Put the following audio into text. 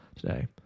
today